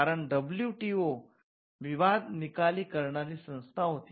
कारण डब्ल्यूटीओ विवाद निकाली करणारी संस्था होती